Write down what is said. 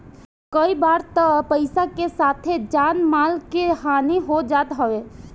कई बार तअ पईसा के साथे जान माल के हानि हो जात हवे